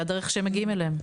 זו הדרך שהם מגיעים אליהם.